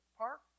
park